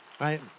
right